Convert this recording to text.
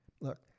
Look